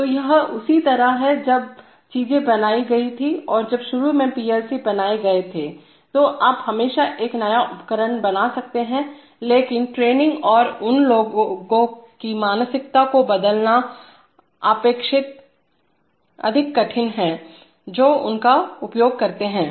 तो यह उसी तरह है जब चीजें बनाई गई थीं और जब शुरू में पीएलसी बनाएं गए थे तो आप हमेशा एक नया उपकरण बना सकते हैं लेकिन ट्रेनिंग और उन लोगों की मानसिकता को बदलना अपेक्षाकृत अधिक कठिन है जो उनका उपयोग करते हैं